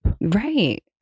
Right